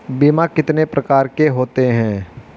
बीमा कितने प्रकार के होते हैं?